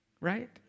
Right